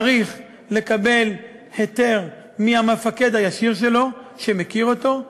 צריך לקבל היתר מהמפקד הישיר שלו שמכיר אותו.